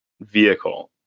vehicle